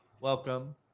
welcome